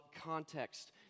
context